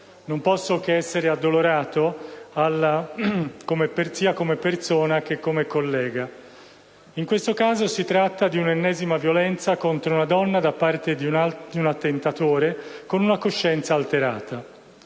Non posso che esserne addolorato, sia come persona che come collega. In questo caso si tratta dell'ennesima violenza contro una donna da parte di un attentatore con una coscienza alterata.